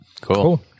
Cool